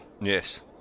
Yes